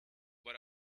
but